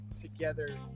together